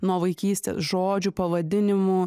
nuo vaikystės žodžių pavadinimų